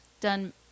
done